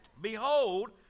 behold